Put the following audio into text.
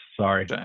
Sorry